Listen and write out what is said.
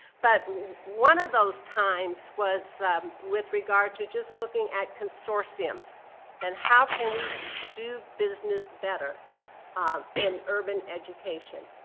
but one of those times was with regard to just looking at consortiums and how can we do business better in urban education.